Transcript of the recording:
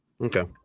Okay